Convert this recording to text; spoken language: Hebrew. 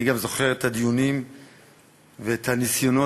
אני גם זוכר את הדיונים ואת הניסיונות,